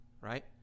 right